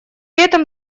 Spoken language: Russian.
этом